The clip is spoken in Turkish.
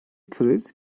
kriz